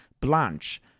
Blanche